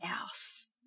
else